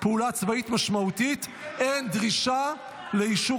פעולה צבאית משמעותית אין דרישה לאישור